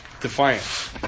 defiance